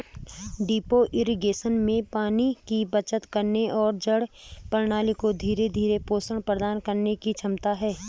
drip irrigation में पानी की बचत करने और जड़ प्रणाली को धीरे धीरे पोषण प्रदान करने की क्षमता है